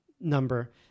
number